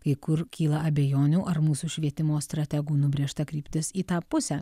kai kur kyla abejonių ar mūsų švietimo strategų nubrėžta kryptis į tą pusę